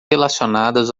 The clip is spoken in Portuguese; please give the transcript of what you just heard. relacionadas